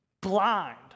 blind